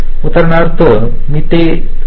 उदाहरणार्थ मी ते वेळा अनरोल केले